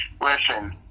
listen